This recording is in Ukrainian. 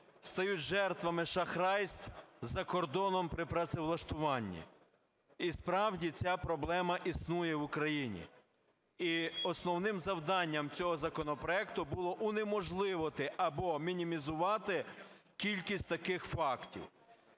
стають жертвами шахрайств за кордоном при працевлаштуванні. І справді ця проблема існує в Україні. І основним завданням цього законопроекту було унеможливити або мінімізувати кількість таких фактів.